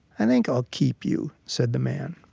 i think i'll keep you said the man.